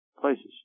places